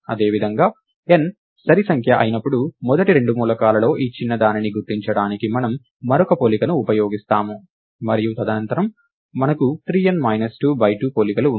అదేవిధంగా n సరి సంఖ్య అయినప్పుడు మొదటి రెండు మూలకాలలో ఈ చిన్నదానిని గుర్తించడానికి మనం మరొక పోలికను ఉపయోగిస్తాము మరియు తదనంతరం మనకు 3 n మైనస్ 2 బై 2 పోలికలు ఉంటాయి